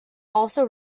also